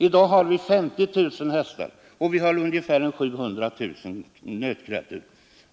I dag har vi ungefär 50 000 hästar och 700 000 kor.